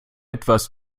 etwas